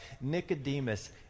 Nicodemus